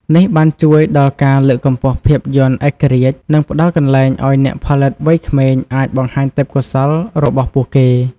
នេះបានជួយដល់ការ លើកកម្ពស់ភាពយន្តឯករាជ្យ និងផ្តល់កន្លែងឱ្យអ្នកផលិតវ័យក្មេងអាចបង្ហាញទេពកោសល្យរបស់ពួកគេ។